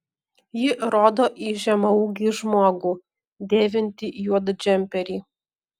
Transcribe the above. ji rodo į žemaūgį žmogų dėvintį juodą džemperį